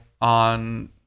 on